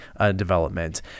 development